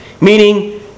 Meaning